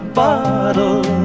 bottle